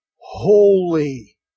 holy